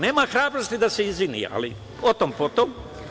Nema hrabrosti da se izvini, ali o tom potom.